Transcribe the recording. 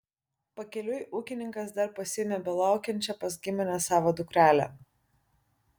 pakeliui ūkininkas dar pasiėmė belaukiančią pas gimines savo dukrelę